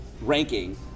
ranking